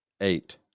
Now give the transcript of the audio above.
Eight